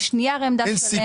יש נייר עמדה שלם.